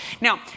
Now